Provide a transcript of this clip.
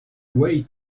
way